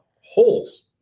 holes